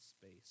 space